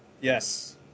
yes